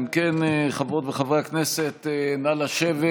אם כן, חברות וחברי הכנסת, נא לשבת.